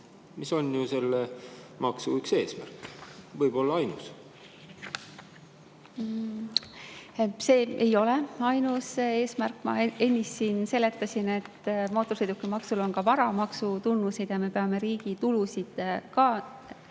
See on ju selle maksu üks eesmärk, võib-olla ainus. See ei ole ainus eesmärk. Ma ennist siin seletasin, et mootorsõidukimaksul on ka varamaksu tunnuseid ja me peame riigi tulusid koguma.